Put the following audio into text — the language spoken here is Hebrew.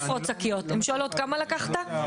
אני אומר מה קורה.